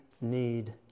need